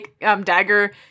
Dagger